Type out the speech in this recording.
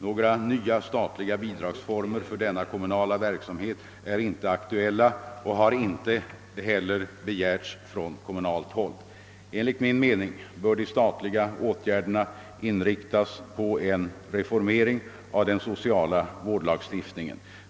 Några nya statliga bidragsformer för denna kommunala verksamhet är inte aktuella och har inte heller begärts från kommunalt håll. Enligt min mening bör de statliga åtgärderna inriktas på en reformering av den sociala vårdlagstiftningen.